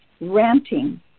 ranting